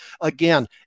again